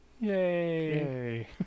Yay